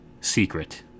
secret